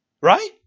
Right